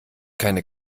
keine